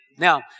Now